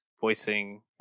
voicing